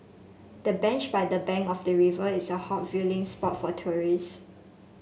the bench by the bank of the river is a hot viewing spot for tourist